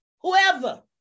whoever